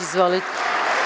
Izvolite.